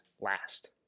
last